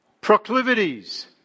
proclivities